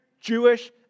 Jewish